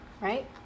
Right